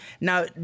Now